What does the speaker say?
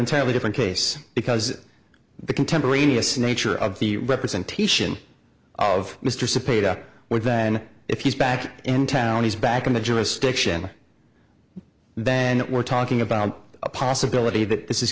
entirely different case because the contemporaneous nature of the representation of mr subpoena would then if he's back in town he's back in the jurisdiction then we're talking about a possibility that this is